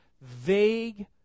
vague